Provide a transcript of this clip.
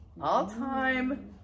all-time